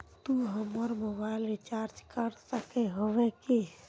तू हमर mobile recharge कर सके होबे की?